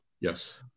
Yes